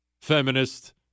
feminist